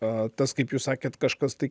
o tas kaip jūs sakėte kažkas tai